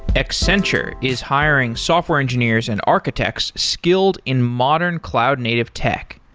accenture is hiring software engineers and architects skilled in modern cloud native tech.